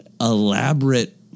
elaborate